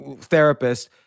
therapist